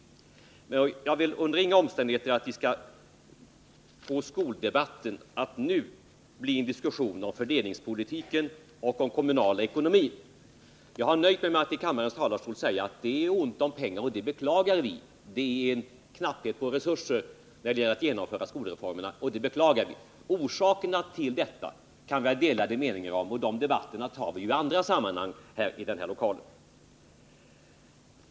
I varje fall vill jag under inga omständigheter att vi skall låta skoldebatten bli en diskussion om fördelningspolitiken och om den kommunala ekonomin. Jag har nöjt mig med att i kammarens talarstol säga att det är ont om pengar och att vi beklagar det. Det råder en knapphet på resurser när det gäller att genomföra skolreformerna, och det beklagar vi. Orsakerna till detta kan vi ha delade meningar om, men de debatterna tar vi i andra sammanhang i den här lokalen.